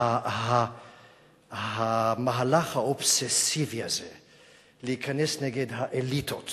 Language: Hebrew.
שהמהלך האובססיבי הזה להיכנס נגד האליטות